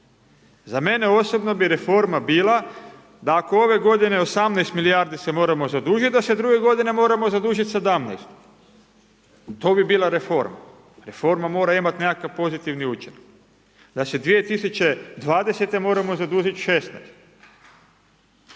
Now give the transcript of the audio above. Za mene osobno bi reforma bila, da ako ove g. 18 milijardi se moramo zadužiti, da se druge g. moramo zadužiti 17. To bi bila reforma, reforma mora imati nekakav pozitivni učinak. Da se 2020. moramo zadužiti 16.